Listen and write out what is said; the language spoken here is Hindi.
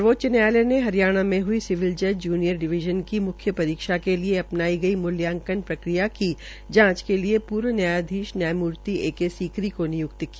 सर्वोच्च न्यायालय ने हरियाणा में हई सिविल जज जूनियर डिवीजन की मुख्य परीक्षा के लिये अपनाई गई मूल्यांकन प्रक्रिया की जांच के लिये पूर्व न्यायधीश न्यायमूर्ति ए के सीकरी को निय्क्त किया